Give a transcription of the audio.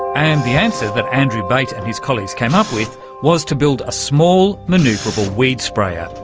and the answer that andrew bate and his colleagues came up with was to build a small, manoeuvrable weed sprayer,